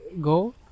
go